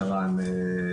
שרן,